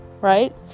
right